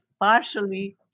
partially